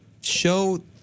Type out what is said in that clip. show